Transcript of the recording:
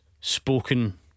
Spoken